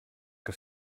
que